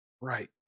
Right